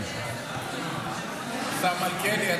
השר מלכיאלי,